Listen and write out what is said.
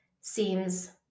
seems